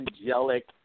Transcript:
angelic